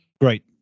Great